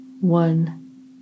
one